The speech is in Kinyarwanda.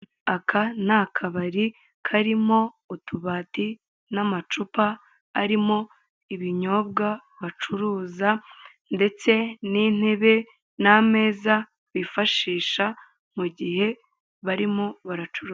Ipikipiki iparitse ku muhanda w'ibitaka, nta muntu uyitwaye, ku ruhande hari umugabo wambaye inkweto zifite ibara ry'ubururu.